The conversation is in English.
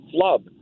Flub